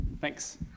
Thanks